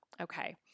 Okay